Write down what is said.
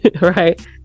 right